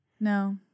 no